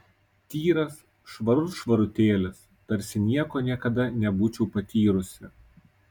tyras švarut švarutėlis tarsi nieko niekada nebūčiau patyrusi